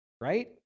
right